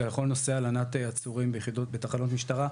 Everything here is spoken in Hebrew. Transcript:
על כל נושא הלנת עצורים בתחנות משטרה.